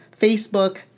Facebook